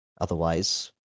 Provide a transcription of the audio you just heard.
Otherwise